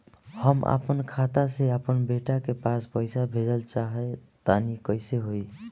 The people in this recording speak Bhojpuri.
हम आपन खाता से आपन बेटा के पास पईसा भेजल चाह तानि कइसे होई?